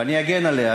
ואני אגן עליה.